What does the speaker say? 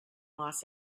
los